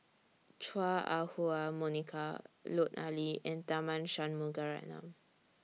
Chua Ah Huwa Monica Lut Ali and Tharman Shanmugaratnam